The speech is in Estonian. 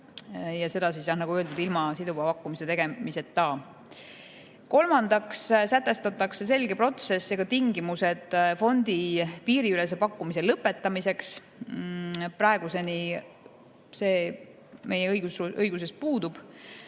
ja seda, nagu öeldud, ilma siduva pakkumise tegemiseta. Kolmandaks sätestatakse selge protsess ja ka tingimused fondi piiriülese pakkumise lõpetamiseks. Praeguseni see meie õiguses puudub.